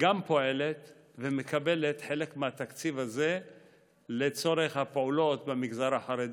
פועלת ומקבלת חלק מהתקציב הזה לצורך הפעולות במגזר החרדי.